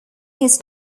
his